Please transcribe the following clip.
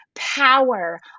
power